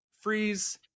freeze